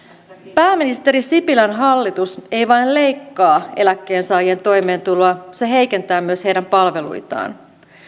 pääministeri sipilän hallitus ei vain leikkaa eläkkeensaajien toimeentuloa se heikentää myös heidän palveluitaan